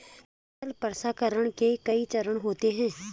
फसल प्रसंसकरण के कई चरण होते हैं